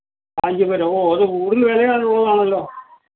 കാഞ്ചീപുരം ഓ അത് കൂടുതൽ വിലയാണുള്ളതാണല്ലോ